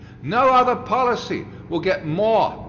no other policy will get more.